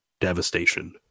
devastation